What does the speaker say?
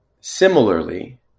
Similarly